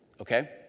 Okay